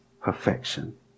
perfection